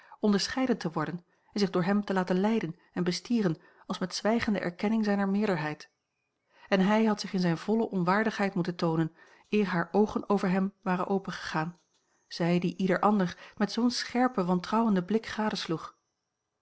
onderscheiden te worden en zich door hem te laten leiden en bestieren als met zwijgende erkenning zijner meerderheid en hij had zich in zijne volle onwaardigheid moeten toonen eer hare oogen over hem waren opengegaan zij die ieder ander met zoo'n scherpen wantrouwenden